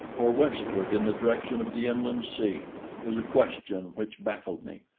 or westward in the direction of the inland sea was a question which baffled me.